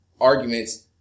arguments